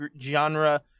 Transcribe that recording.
Genre